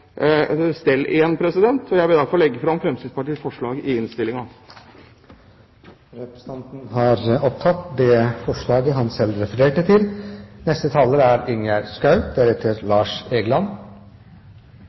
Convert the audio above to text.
Jeg vil derfor legge fram Fremskrittspartiets forslag i innstillingen. Representanten Bård Hoksrud har tatt opp det forslaget han refererte til.